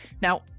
Now